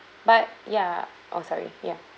but ya orh sorry ya